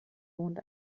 wohnt